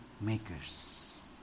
makers